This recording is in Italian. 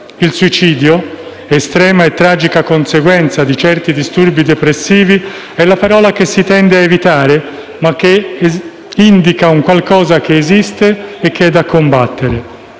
Il suicidio, estrema e tragica conseguenza di certi disturbi depressivi, è la parola che si tende a evitare, ma che indica un qualcosa che esiste e che è da combattere.